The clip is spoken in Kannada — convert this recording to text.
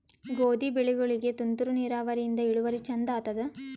ಗೋಧಿ ಬೆಳಿಗೋಳಿಗಿ ತುಂತೂರು ನಿರಾವರಿಯಿಂದ ಇಳುವರಿ ಚಂದ ಆತ್ತಾದ?